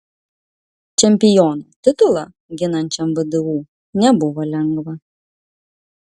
čempiono titulą ginančiam vdu nebuvo lengva